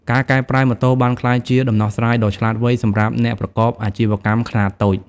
ការកែប្រែម៉ូតូបានក្លាយជាដំណោះស្រាយដ៏ឆ្លាតវៃសម្រាប់អ្នកប្រកបអាជីវកម្មខ្នាតតូច។